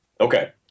Okay